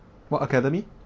what academy